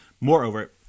Moreover